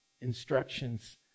instructions